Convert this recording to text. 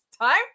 time